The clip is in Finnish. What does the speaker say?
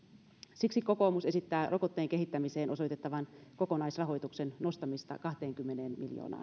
siksi kokoomus esittää rokotteen kehittämiseen osoitettavan kokonaisrahoituksen nostamista kahteenkymmeneen miljoonaan euroon